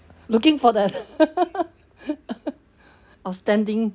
looking for the outstanding